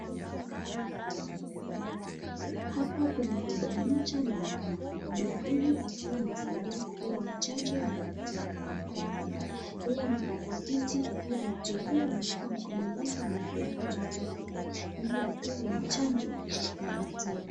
Hapa kuna baba mmoja na mama. Baba huyu akiwa anasaidiwa na kupewa chanjo na daktari kwa mkono. Yeye akiwa amekaa kwa kiti akiwa ametulia ameshika mkono lake ameekelea kwa tumbo lake ili apewe chanjo na daktari.